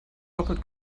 doppelt